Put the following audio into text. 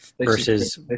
versus